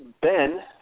Ben